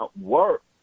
work